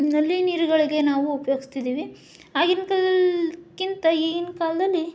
ನಲ್ಲಿ ನೀರುಗಳಿಗೆ ನಾವು ಉಪಯೋಗಿಸ್ತಾ ಇದ್ದೀವಿ ಆಗಿನ ಕಾಲದಲ್ಲಿಗಿಂತ ಈಗಿನ ಕಾಲದಲ್ಲಿ